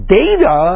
data